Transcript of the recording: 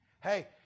Hey